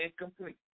incomplete